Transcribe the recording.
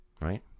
Right